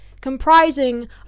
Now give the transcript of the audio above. comprising